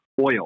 oil